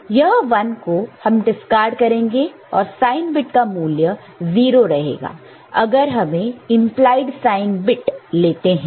यह 1 को हम डिस्कार्ड करेंगे और साइन बिट का मूल्य 0 रहेगा अगर हम इंप्लायड साइन बिट ले तो